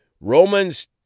Romans